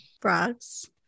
Frogs